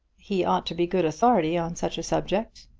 he ought to be good authority on such a subject.